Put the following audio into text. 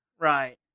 Right